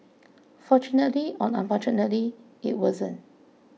fortunately or unfortunately it wasn't